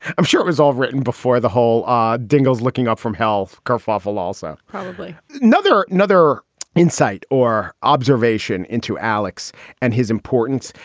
i'm sure it was all written before the whole ah dingo's looking up from health kerfuffle. also probably another another insight or observation into alex and his importance.